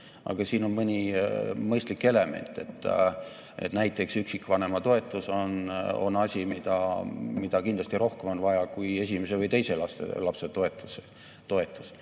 aga siin on mõni mõistlik element. Näiteks, üksikvanema toetus on asi, mida kindlasti rohkem on vaja kui esimese või teise lapse toetust.